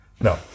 No